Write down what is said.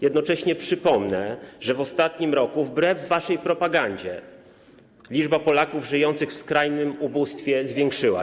Jednocześnie przypomnę, że w ostatnim roku, wbrew waszej propagandzie, liczba Polaków żyjących w skrajnym ubóstwie się zwiększyła.